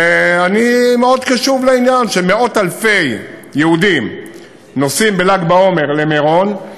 ואני מאוד קשוב לעניין שמאות-אלפי יהודים נוסעים בל"ג בעומר למירון.